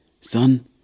Son